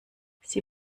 sie